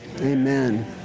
Amen